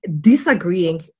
disagreeing